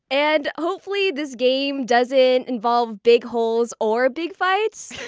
and hopefully this game doesn't involve big holes or big fights?